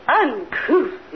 uncouth